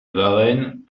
varennes